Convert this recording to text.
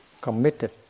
committed